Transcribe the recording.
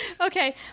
okay